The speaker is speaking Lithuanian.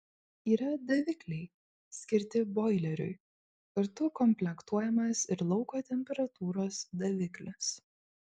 yra davikliai skirti boileriui kartu komplektuojamas ir lauko temperatūros daviklis